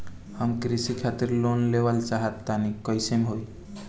हम कृषि खातिर लोन लेवल चाहऽ तनि कइसे होई?